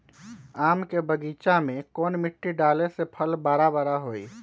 आम के बगीचा में कौन मिट्टी डाले से फल बारा बारा होई?